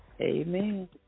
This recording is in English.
Amen